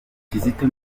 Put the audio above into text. kizito